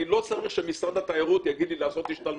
אני לא צריך שמשרד התיירות יגיד לי לעשות השתלמויות,